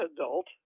adult